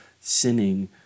sinning